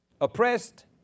Oppressed